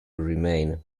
remain